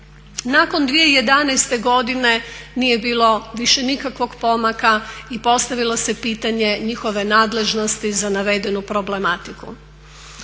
Nakon 2011. godine nije bilo više nikakvog pomaka i postavilo se pitanje njihove nadležnosti za navedenu problematiku.